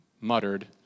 muttered